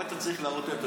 אני יושב בודד.